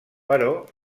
però